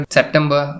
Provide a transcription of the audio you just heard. September